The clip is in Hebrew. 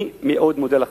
אני מאוד מודה לך.